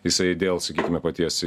jisai dėl sakykime paties